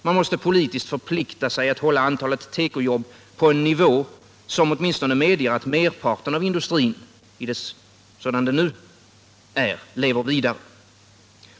Man måste politiskt förplikta sig att hålla antalet tekojobb på en nivå, som åtminstone medger att merparten av industrin, sådan den nu är, lever vidare.